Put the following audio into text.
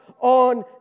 on